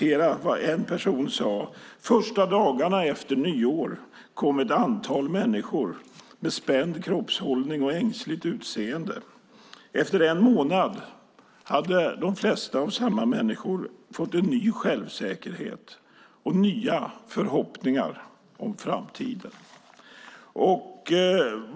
En person sade: Första dagarna efter nyår kom ett antal människor med spänd kroppshållning och ängsligt utseende. Efter en månad hade de flesta av samma människor fått en ny självsäkerhet och nya förhoppningar om framtiden.